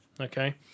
Okay